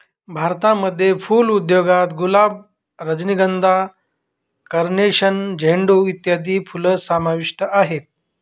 भारतामध्ये फुल उद्योगात गुलाब, रजनीगंधा, कार्नेशन, झेंडू इत्यादी फुलं समाविष्ट आहेत